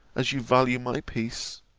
as you value my peace